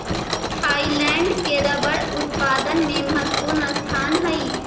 Thailand के rubber उत्पादन में महत्त्वपूर्ण स्थान हइ